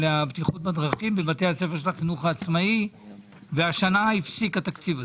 של בטיחות בדרכים בבתי הספר של החינוך העצמאי והשנה הפסיק התקציב הזה.